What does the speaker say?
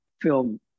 film